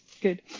Good